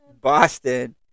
Boston